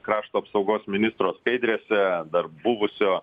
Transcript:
krašto apsaugos ministro skaidrėse dar buvusio